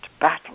battle